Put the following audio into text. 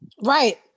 Right